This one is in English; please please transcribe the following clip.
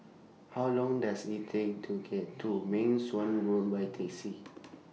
How Long Does IT Take to get to Meng Suan Road By Taxi